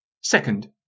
Second